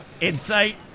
Insight